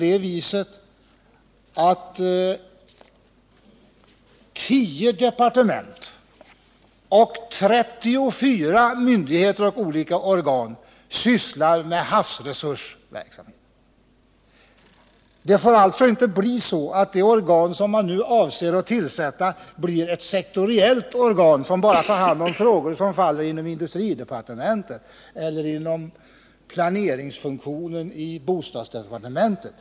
Det är nämligen 10 departement och 34 myndigheter och olika organ som sysslar med havsresursverksamhet. Det organ som man nu avser att tillsätta får alltså inte bli ett sektoriellt organ som bara tar hand om frågor som hör till industridepartementet eller planeringsfunktionen i bostadsdepartementet.